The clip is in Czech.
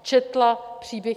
Četla příběh.